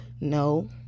no